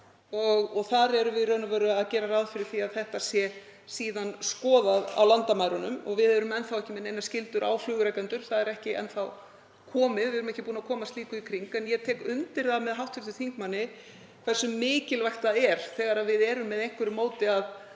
og þar gerum við ráð fyrir því að þetta sé síðan skoðað á landamærunum. Við erum enn þá ekki með neinar skyldur á flugrekendur. Það er ekki enn þá komið. Við erum ekki búin að koma slíku í kring. En ég tek undir það með hv. þingmanni hversu mikilvægt það er þegar við erum með einhverju móti að